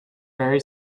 very